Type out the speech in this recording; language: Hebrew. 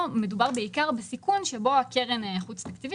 פה מדובר בעיקר בסיכון שהקרן תצטרך